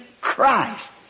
Christ